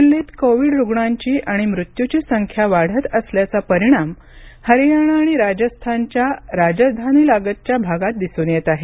दिल्लीत कोविड रुग्णांची आणि मृत्युची संख्या वाढत असल्याचा परिणाम हरियाणा आणि राजस्थानच्या राजधानीलगतच्या भागात दिसून येत आहे